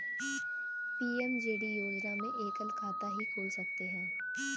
PMJD योजना में एकल खाता ही खोल सकते है